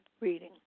reading